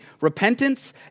repentance